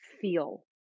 feel